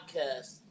Podcast